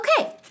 Okay